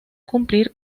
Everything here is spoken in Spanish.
cumplir